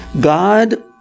God